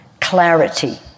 clarity